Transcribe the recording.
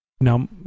Now